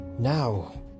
Now